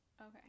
Okay